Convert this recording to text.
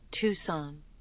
Tucson